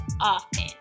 often